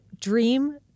dream